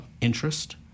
interest